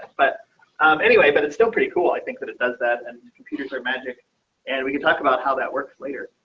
but anyway, but it's still pretty cool. i think that it does that, and computers are magic and we can talk about how that works later.